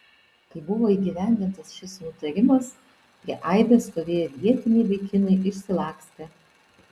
kai buvo įgyvendintas šis nutarimas prie aibės stovėję vietiniai vaikinai išsilakstė